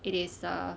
it is err